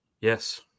Yes